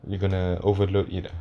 you gonna overload it ah